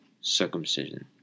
circumcision